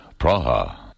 Praha